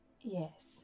Yes